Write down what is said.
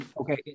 okay